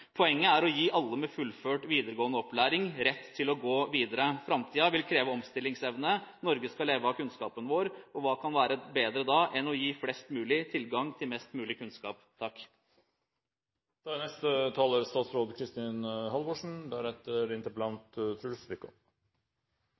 Poenget er å gi alle med fullført videregående opplæring rett til å gå videre. Framtiden vil kreve omstillingsevne. Norge skal leve av kunnskapen vår. Hva kan være bedre da enn å gi flest mulig tilgang til mest mulig kunnskap?